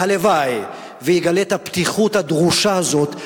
הלוואי שיגלה את הפתיחות הדרושה הזאת.